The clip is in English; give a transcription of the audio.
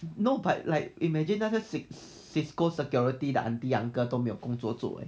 no but like imagine 那个 six cisco security the auntie uncle 都没有工作做 eh